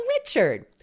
Richard